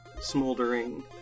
smoldering